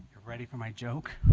ready for my joke